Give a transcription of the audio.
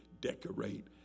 decorate